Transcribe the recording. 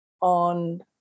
on